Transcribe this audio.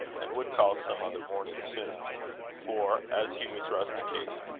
and would call some other morning soon for, as he was rusticating,